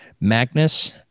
Magnus